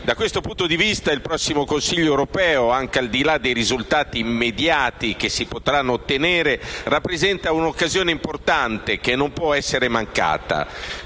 Da questo punto di vista il prossimo Consiglio europeo, anche al di là dei risultati immediati che si potranno ottenere, rappresenta un'occasione importante che non può essere mancata.